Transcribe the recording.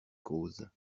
causes